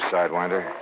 Sidewinder